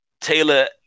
Taylor